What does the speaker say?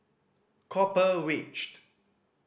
Copper Ridged